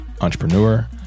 entrepreneur